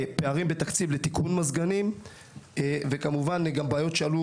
פערים בתקציב לתיקון מזגנים ובעיות שעלו